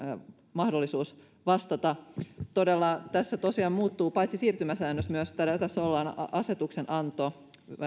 mahdollisuus vastata todella tässä tosiaan paitsi muuttuu siirtymäsäännös tässä myös asetuksenanto